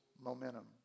momentum